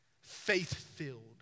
faith-filled